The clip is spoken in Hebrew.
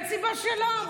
אין סיבה שלא.